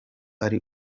ari